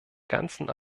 ganzen